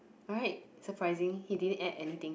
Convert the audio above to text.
right surprising he didn't add anything